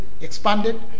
expanded